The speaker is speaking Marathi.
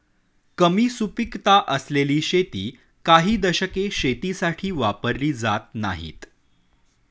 कमी सुपीकता असलेली शेती काही दशके शेतीसाठी वापरली जात नाहीत